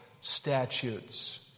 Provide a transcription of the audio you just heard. statutes